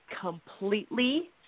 completely